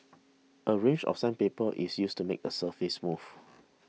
a range of sandpaper is used to make the surface smooth